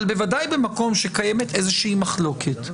אבל במקום שבו קיימת איזושהי מחלוקת,